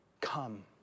come